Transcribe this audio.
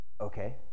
Okay